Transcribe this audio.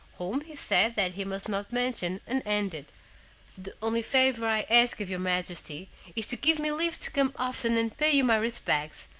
whom he said that he must not mention, and ended the only favor i ask of your majesty is to give me leave to come often and pay you my respects,